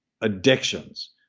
addictions